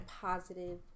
positive